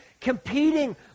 competing